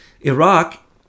Iraq